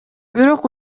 бирок